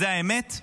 זו האמת.